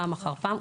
פעם אחר פעם,